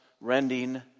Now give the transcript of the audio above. rending